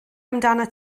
amdanat